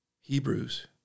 Hebrews